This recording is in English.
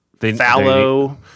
fallow